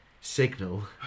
signal